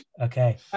okay